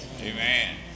Amen